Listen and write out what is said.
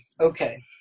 Okay